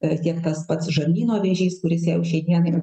tai ir tiek tas pats žarnyno vėžys kuris jau šiandienai